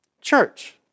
Church